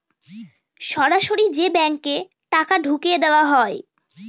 সরাসরি যে ব্যাঙ্কে টাকা ঢুকিয়ে দেওয়া হয়